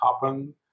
happen